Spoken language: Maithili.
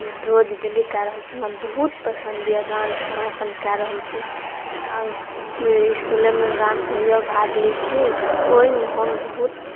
रोज डेली कए रहल छी हमरा बहुत पसन्द यऽ डान्स हम अपन कए रहल छी आब इसकुलमे डान्स होइया भाग लै छी ओइमे हम बहुत